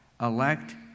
elect